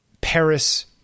Paris